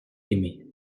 aimé